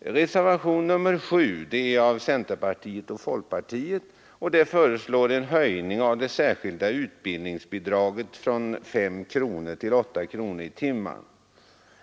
I reservationen 7 avgiven av centerpartiet och folkpartiet föreslås en höjning av det särskilda utbildningsbidraget från 5 kronor till 8 kronor per timme.